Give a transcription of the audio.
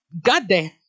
goddamn